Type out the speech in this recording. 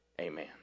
Amen